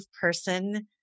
person